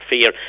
fear